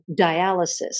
dialysis